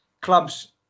clubs